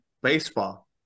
baseball